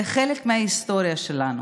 זה חלק מההיסטוריה שלנו.